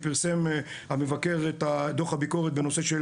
פרסם המבקר את דוח הביקורת בנושא של